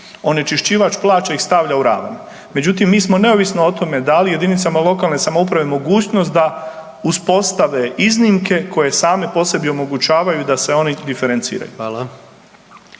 Onečišćivač plaća ih stavlja u ravne. Međutim, mi smo neovisno o tome dali jedinicama lokalne samouprave mogućnost da uspostave iznimke koje same po sebi omogućavaju da se oni diferenciraju.